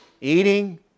Eating